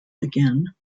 again